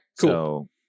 cool